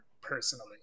personally